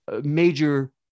major